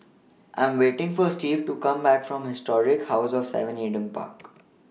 I'm waiting For Steve to Come Back from Historic House of seven Adam Park